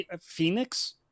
Phoenix